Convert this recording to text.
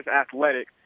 athletic